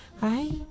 right